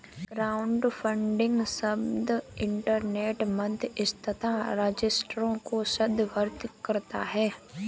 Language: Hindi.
क्राउडफंडिंग शब्द इंटरनेट मध्यस्थता रजिस्ट्रियों को संदर्भित करता है